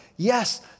Yes